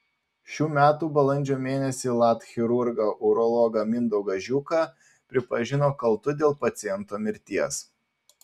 šių metų balandžio mėnesį lat chirurgą urologą mindaugą žiuką pripažino kaltu dėl paciento mirties